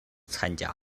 参加